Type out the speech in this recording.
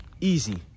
easy